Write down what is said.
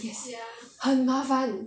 yes 很麻烦